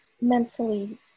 mentally